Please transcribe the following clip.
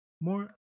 More